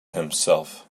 himself